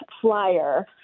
flyer